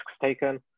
taken